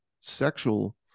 sexual